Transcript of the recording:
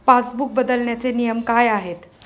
Passbook बदलण्याचे नियम काय आहेत?